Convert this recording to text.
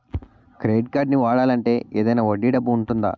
Credit కార్డ్ని వాడాలి అంటే ఏదైనా వడ్డీ డబ్బు ఉంటుందా?